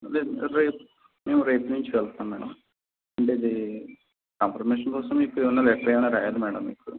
రేపు మేము రేపటి నుంచి వెళ్తాము మేడం అంటే ఇది కన్ఫర్మేషన్ కోసం ఇపుడేమన్నా లెటర్ ఏమన్నా రాయాలా మేడం మీకు